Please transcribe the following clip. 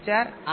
વિચાર આ છે